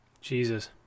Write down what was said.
Jesus